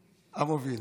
המוביל.